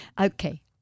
Okay